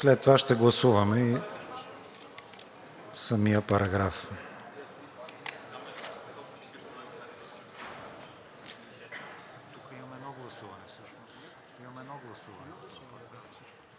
След това ще гласуваме и самия параграф.